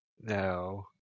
No